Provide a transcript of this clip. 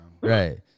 right